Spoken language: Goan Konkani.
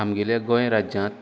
आमगेल्या गोंय राज्यांत